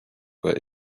but